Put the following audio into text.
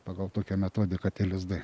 pagal tokią metodiką tie lizdai